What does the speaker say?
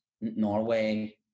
norway